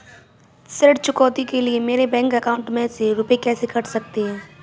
ऋण चुकौती के लिए मेरे बैंक अकाउंट में से रुपए कैसे कट सकते हैं?